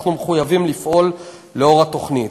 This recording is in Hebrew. אנחנו מחויבים לפעול לאור התוכנית.